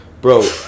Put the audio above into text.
Bro